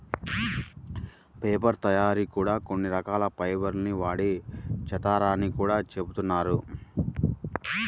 paper తయ్యారీ కూడా కొన్ని రకాల ఫైబర్ ల్ని వాడి చేత్తారని గూడా జెబుతున్నారు